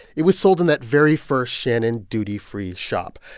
it was sold in that very first shannon duty free shop.